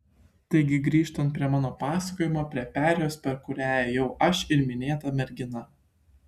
taigi grįžtant prie mano pasakojimo prie perėjos per kurią ėjau aš ir minėta mergina